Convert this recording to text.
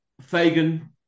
Fagan